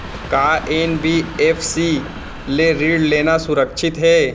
का एन.बी.एफ.सी ले ऋण लेना सुरक्षित हे?